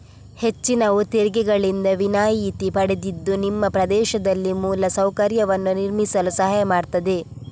ಹೆಚ್ಚಿನವು ತೆರಿಗೆಗಳಿಂದ ವಿನಾಯಿತಿ ಪಡೆದಿದ್ದು ನಿಮ್ಮ ಪ್ರದೇಶದಲ್ಲಿ ಮೂಲ ಸೌಕರ್ಯವನ್ನು ನಿರ್ಮಿಸಲು ಸಹಾಯ ಮಾಡ್ತದೆ